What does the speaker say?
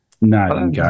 No